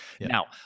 Now